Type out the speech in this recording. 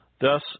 Thus